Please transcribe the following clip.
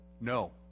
no